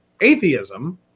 atheism